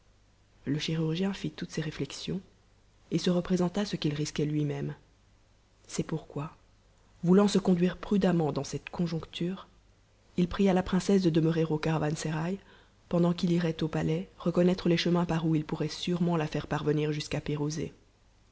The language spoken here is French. le chirurgien rt toutes ces rénexions et se représenta ce qu'il risquait lui-même c'est pourquoi voulant se conduire prudemment dans cette conjoncture il pria la princesse de demeurer au caravansérail pendant qu'il irait au palais reconnattre les chemins par où il pourrait sûrement la faire parvenir jusqu'à